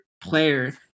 player